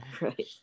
Right